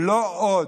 לא עוד.